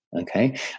okay